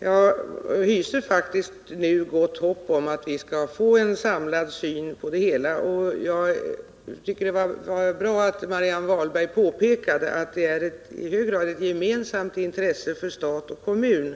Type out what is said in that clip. Nu hyser jag faktiskt gott hopp om att vi skall få en samlad syn på det hela, och jag tycker att det var bra att Marianne Wahlberg påpekade att det i hög grad är ett gemensamt intresse för stat och kommun